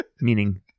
Meaning